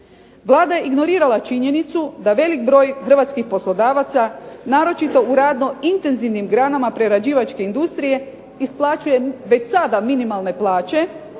Vlada je ignorirala činjenicu da velik broj hrvatskih poslodavaca naročito u radno intenzivnim granama prerađivačke industrije isplaćuje već sada minimalne plaće